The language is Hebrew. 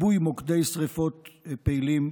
כיבוי מוקדי שרפות פעילים,